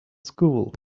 school